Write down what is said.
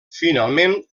finalment